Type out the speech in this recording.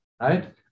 right